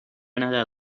ندهد